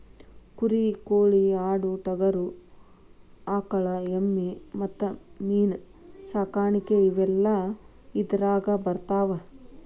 ಕುರಿ ಕೋಳಿ ಆಡು ಟಗರು ಆಕಳ ಎಮ್ಮಿ ಮತ್ತ ಮೇನ ಸಾಕಾಣಿಕೆ ಇವೆಲ್ಲ ಇದರಾಗ ಬರತಾವ